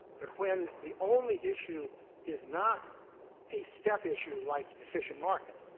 but when the only issue is not a step issue like efficient market,